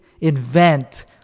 invent